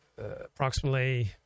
approximately